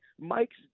Mike's